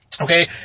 Okay